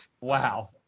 Wow